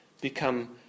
become